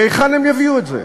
מהיכן הם יביאו את זה?